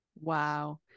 Wow